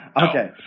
okay